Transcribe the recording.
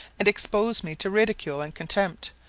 and expose me to ridicule and contempt,